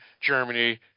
Germany